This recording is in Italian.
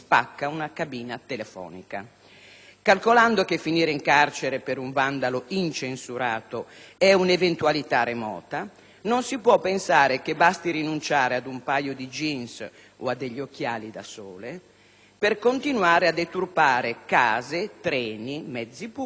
Calcolando che finire in carcere per un vandalo incensurato è un'eventualità remota, non si può pensare che basti rinunciare ad un paio di jeans o a degli occhiali da sole per continuare a deturpare case, treni, mezzi pubblici o addirittura monumenti.